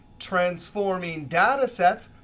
transforming data sets,